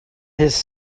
his